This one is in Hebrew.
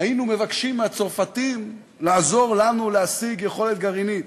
היינו מבקשים מהצרפתים לעזור לנו להשיג יכולת גרעינית.